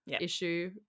issue